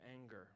anger